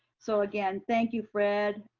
so again, thank you, fred.